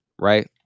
Right